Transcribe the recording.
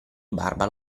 barba